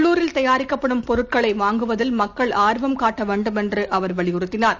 உள்ளுரில் தயாரிக்கப்படும் பொருட்களை வாங்குவதில் மக்கள் ஆர்வம் காட்ட வேண்டும் என்று அவர் வலியுறுத்தினார்